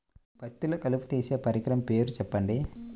పత్తిలో కలుపు తీసే పరికరము పేరు చెప్పండి